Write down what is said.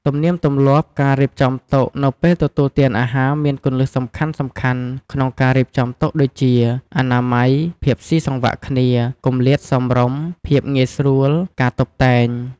ទំនៀមទម្លាប់ ការរៀបចំតុ នៅពេលទទួលទានអាហារមានគន្លឹះសំខាន់ៗក្នុងការរៀបចំតុដូចជា អនាម័យ ភាពស៊ីសង្វាក់គ្នា គម្លាតសមរម្យ ភាពងាយស្រួល ការតុបតែង។